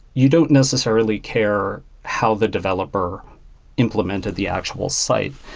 you don't necessarily care how the developer implemented the actual site.